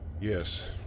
Yes